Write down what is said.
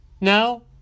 No